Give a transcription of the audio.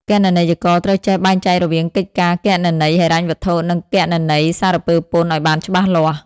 គណនេយ្យករត្រូវចេះបែងចែករវាងកិច្ចការគណនេយ្យហិរញ្ញវត្ថុ និងគណនេយ្យសារពើពន្ធឱ្យបានច្បាស់លាស់។